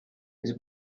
his